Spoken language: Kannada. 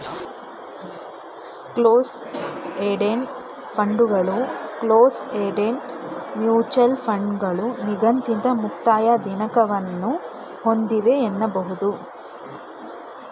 ಕ್ಲೋಸ್ಡ್ ಎಂಡೆಡ್ ಫಂಡ್ಗಳು ಕ್ಲೋಸ್ ಎಂಡೆಡ್ ಮ್ಯೂಚುವಲ್ ಫಂಡ್ಗಳು ನಿಗದಿತ ಮುಕ್ತಾಯ ದಿನಾಂಕವನ್ನ ಒಂದಿವೆ ಎನ್ನಬಹುದು